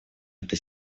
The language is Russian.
эта